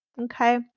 Okay